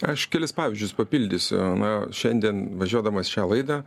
aš kelis pavyzdžius papildysiu na šiandien važiuodamas į šią laidą